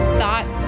thought